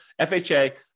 FHA